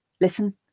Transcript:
Listen